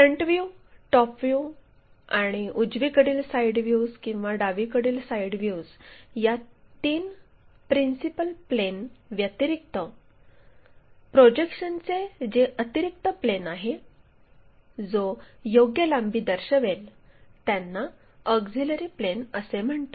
front view top view आणि उजवीकडील side views किंवा डावीकडील साईड व्ह्यूज या तीन प्रिन्सिपल प्लेन व्यतिरिक्त प्रोजेक्शनचे जे अतिरिक्त प्लेन आहे जो योग्य लांबी दर्शवेल त्यांना ऑक्झिलिअरी प्लेन असे म्हणतात